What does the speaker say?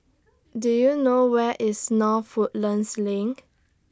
Do YOU know Where IS North Woodlands LINK